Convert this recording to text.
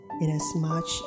inasmuch